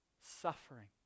suffering